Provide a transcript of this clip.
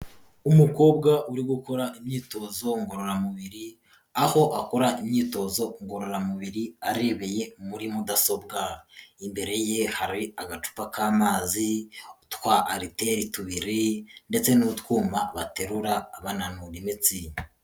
Umukobwa uri gukora imyitozo ngororamubiri, aho akora imyitozo ngororamubiri arebeye muri mudasobwa, imbere ye hari agacupa k'amazi, twa ariteri tubiri, ndetse n'utwuma baterura bananurawe imitsi.